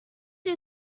you